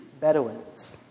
Bedouins